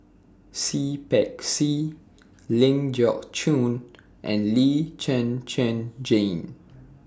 Seah Peck Seah Ling Geok Choon and Lee Zhen Zhen Jane